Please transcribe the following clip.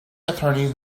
attorney